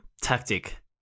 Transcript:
tactic